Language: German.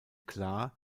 klar